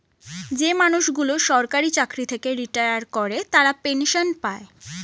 যে মানুষগুলো সরকারি চাকরি থেকে রিটায়ার করে তারা পেনসন পায়